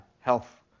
health